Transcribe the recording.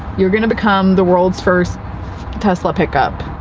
you're gonna become the world's first tesla pickup.